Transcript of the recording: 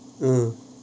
mm